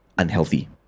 unhealthy